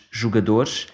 jogadores